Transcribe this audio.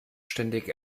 ständig